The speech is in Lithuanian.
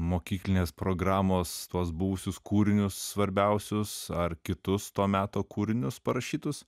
mokyklinės programos tuos buvusius kūrinius svarbiausius ar kitus to meto kūrinius parašytus